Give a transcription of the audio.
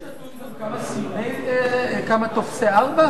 יש נתון כמה טופסי 4,